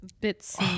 bits